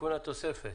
תיקון התוספת.